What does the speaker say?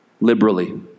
liberally